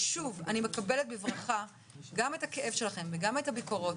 אני מקבלת בברכה גם את הכאב שלכם וגם את הביקורות,